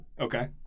Okay